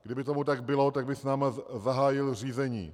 Kdyby tomu tak bylo, tak by s námi zahájil řízení.